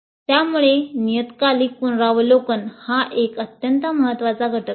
त्यामुळे नियतकालिक पुनरावलोकन हा एक अत्यंत महत्वाचा घटक आहे